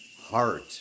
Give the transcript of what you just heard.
heart